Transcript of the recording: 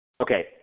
Okay